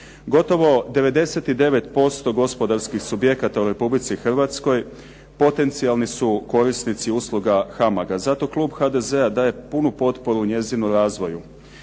Gotovo 99% gospodarskih subjekata u Republici Hrvatskoj potencijalni su korisnici usluga HAMAG-a. Zato klub HDZ-a daje punu potporu njezinu razvoju.